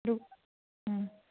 ꯑꯗꯨ ꯎꯝ